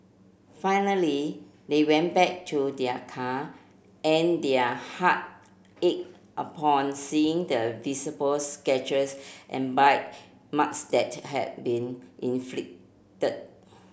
finally they went back to their car and their heart ached upon seeing the visible scratches and bite marks that had been inflicted